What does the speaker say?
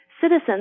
citizens